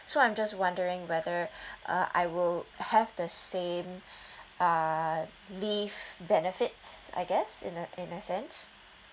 so I'm just wondering whether uh I will have the same uh leave benefits I guess in a in a sense